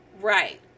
right